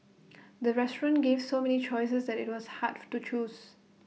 the restaurant gave so many choices that IT was hard to choose